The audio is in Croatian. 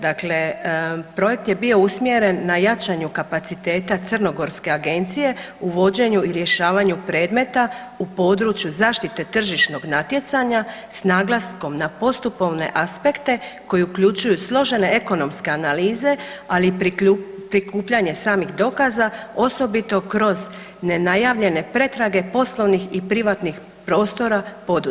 Dakle projekt je bio usmjeren na jačanju kapaciteta crnogorske agencije u vođenju i rješavanju predmeta u području zaštite tržišnog natjecanja, s naglaskom na postupovne aspekte koji uključuju složene ekonomske analize, ali i prikupljanje samih dokaza, osobito kroz nenajavljene pretrage poslovnih i privatnih prostora poduzetnika.